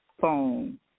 phone